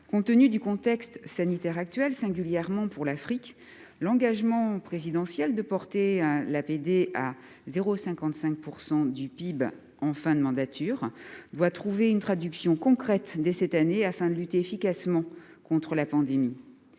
Compte tenu du contexte sanitaire actuel, singulièrement pour l'Afrique, l'engagement présidentiel de porter l'APD à 0,55 % du PIB en fin de mandature doit trouver une traduction concrète dès cette année, afin de lutter efficacement contre la pandémie.